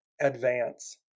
Advance